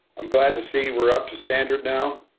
i'm glad to see we're up to standard now.